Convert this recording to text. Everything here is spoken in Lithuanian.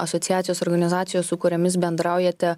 asociacijos organizacijos su kuriomis bendraujate